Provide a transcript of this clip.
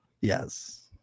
yes